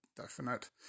definite